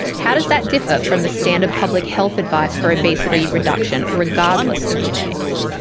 how does that differ from the standard public health advice for obesity reduction regardless of genetics?